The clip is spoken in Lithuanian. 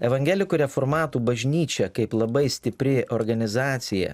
evangelikų reformatų bažnyčia kaip labai stipri organizacija